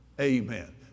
Amen